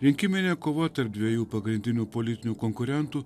rinkiminė kova tarp dviejų pagrindinių politinių konkurentų